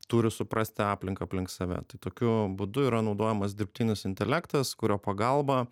turi suprasti aplinką aplink save tai tokiu būdu yra naudojamas dirbtinis intelektas kurio pagalba